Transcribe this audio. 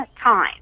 time